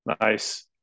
Nice